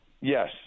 yes